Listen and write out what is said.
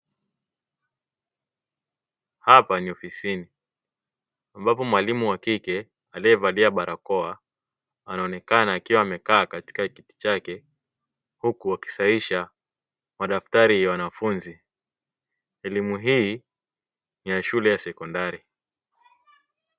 Hapa ni ofisini ambapo mwalimu wa kike aliyevalia barakoa anaonekana akiwa amekaa katika kiti chake, huku akisahihisha madaftari ya wanafunzi. Elimu hii ni ya shule ya sekondari.